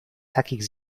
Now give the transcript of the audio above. takich